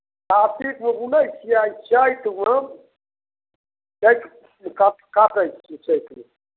कातिकमे बूनै छियै आ ई चैतमे चैत काट काटै छियै चैतमे